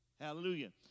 Hallelujah